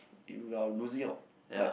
you are losing out like